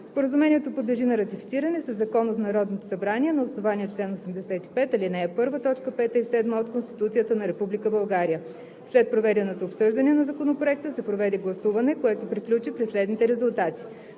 Споразумението подлежи на ратифициране със закон от Народното събрание на основание чл. 85, ал. 1, т. 5 и 7 от Конституцията на Република България. След проведеното обсъждане на Законопроекта се проведе гласуване, което приключи при следните резултати: